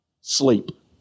sleep